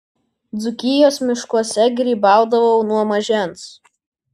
dzūkijos miškuose grybaudavau nuo mažens